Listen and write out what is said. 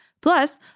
Plus